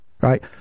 right